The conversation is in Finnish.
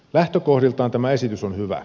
lähtökohdiltaan tämä esitys on hyvä